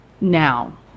now